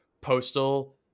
postal